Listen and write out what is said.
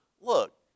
look